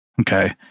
okay